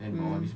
mmhmm